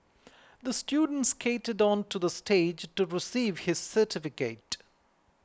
the student skated onto the stage to receive his certificate